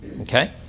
Okay